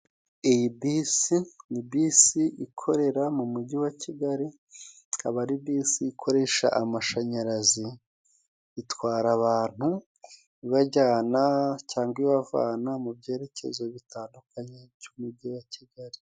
Iyi bisi ni bisi ikorera mu mujyi wa Kigali, ikaba ari bisi ikoresha amashanyarazi, itwara abantu ibajyana cyangwa ibavana, mu byerekezo bitandukanye by'umujyi wa Kigali.